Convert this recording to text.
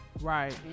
Right